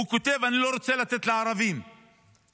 הוא כותב: אני לא רוצה לתת לערבים תקציבים.